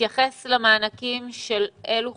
מתייחס למענקים של אילו חודשים?